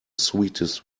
sweetest